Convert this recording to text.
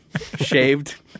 shaved